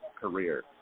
career